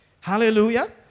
Hallelujah